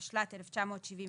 התשל"ט 1979: